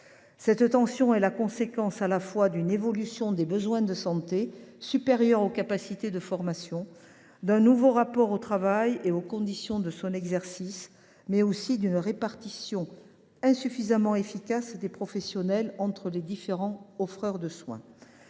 Cette tension est la conséquence à la fois d’une évolution des besoins de santé, supérieurs aux capacités de formation, d’un nouveau rapport au travail et aux conditions de son exercice, mais aussi d’une répartition insuffisamment efficace des professionnels entre les différents offreurs de soins.